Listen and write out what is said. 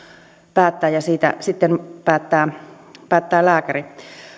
päättää siitä sitten päättää päättää lääkäri